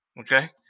Okay